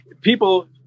people